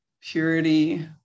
Purity